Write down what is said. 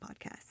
podcast